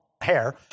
hair